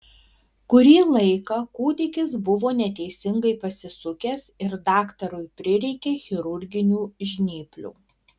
kurį laiką kūdikis buvo neteisingai pasisukęs ir daktarui prireikė chirurginių žnyplių